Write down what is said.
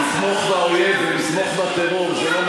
לתמוך באויב ולתמוך בטרור זה לא,